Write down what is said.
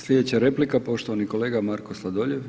Sljedeća replika, poštovani kolega Marko Sladoljev,